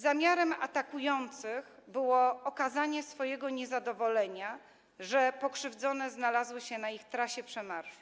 Zamiarem atakujących było okazanie swojego niezadowolenia, że pokrzywdzone znalazły się na ich trasie przemarszu,